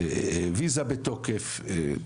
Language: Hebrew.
ויזה בתוקף,